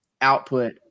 output